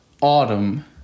Autumn